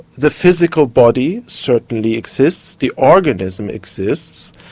the physical body certainly exists, the organism exists,